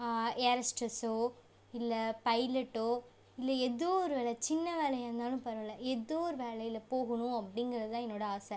ஏரஸ்டர்ஸோ இல்லை பைலெட்டோ இல்லை ஏதோ ஒரு வேலை சின்ன வேலையாக இருந்தாலும் பரவா இல்லை ஏதோ ஒரு வேலையில் போகணும் அப்படிங்குறது தான் என்னோடய ஆசை